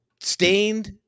Stained